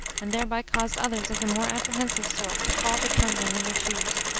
and thereby caused others of the more apprehensive sort to fall to trembling in their shoes.